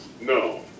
no